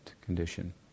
condition